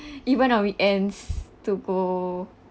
even on weekends to go